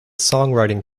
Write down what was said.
songwriting